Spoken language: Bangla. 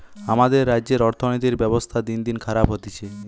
আমাদের রাজ্যের অর্থনীতির ব্যবস্থা দিনদিন খারাপ হতিছে